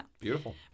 Beautiful